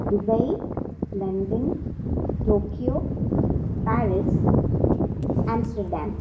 Dubai London Tokyo Paris Amsterdam